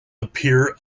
appear